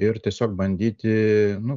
ir tiesiog bandyti nu